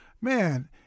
man